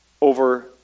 over